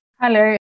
Hello